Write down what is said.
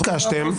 ביקשתם.